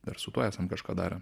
dar su tuo esam kažką darę